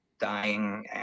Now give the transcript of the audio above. dying